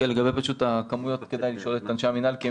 לגבי הכמויות כדאי לשאול את אנשי המינהל.